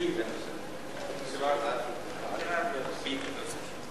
אדוני היושב-ראש, רבותי חברי הכנסת,